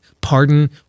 Pardon